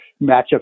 matchups